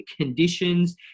conditions